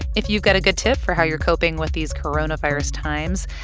if you've got a good tip for how you're coping with these coronavirus times,